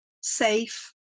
safe